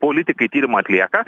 politikai tyrimą atlieka